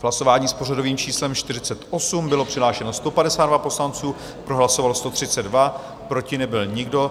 Hlasování s pořadovým číslem 48, bylo přihlášeno 152 poslanců, pro hlasovalo 132, proti nebyl nikdo.